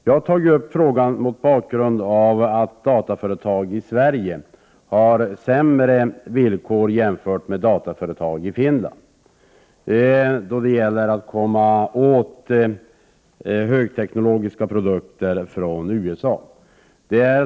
Jag har tagit upp denna fråga mot bakgrund av att dataföretag i Sverige har sämre villkor jämfört med dataföretag i Finland när det gäller att få tag på högteknologiska produkter från USA.